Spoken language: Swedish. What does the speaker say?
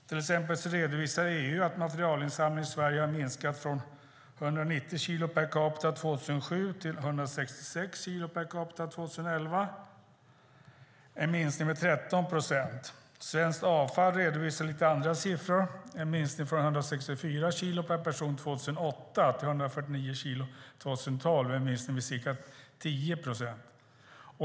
Till exempel redovisar EU att materialinsamlingen i Sverige har minskat från 190 kilo per capita 2007 till 166 kilo per capita 2011. Det är en minskning med 13 procent. Avfall Sverige redovisar andra siffror, nämligen en minskning från 164 kilo per person 2008 till 149 kilo 2012. Det är en minskning med ca 10 procent.